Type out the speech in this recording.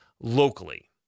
locally